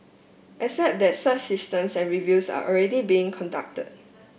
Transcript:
except that such systems and reviews are already being conducted